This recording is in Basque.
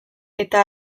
eta